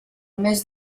més